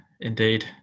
indeed